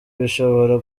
bishobora